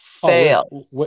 fail